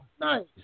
Nice